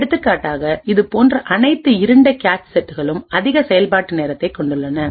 எடுத்துக்காட்டாக இது போன்ற அனைத்து இருண்ட கேச் செட்களும்அதிக செயல்பாட்டு நேரத்தைக் கொண்டுள்ளன